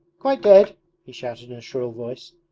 quite dead he shouted in a shrill voice.